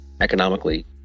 economically